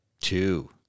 two